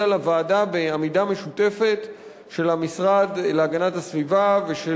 לוועדה בעמידה משותפת של המשרד להגנת הסביבה ושל